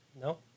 No